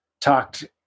talked